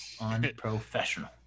Unprofessional